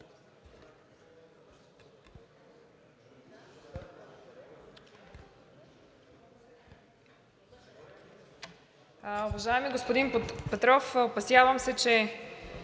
Уважаеми господин Петров, опасявам се, че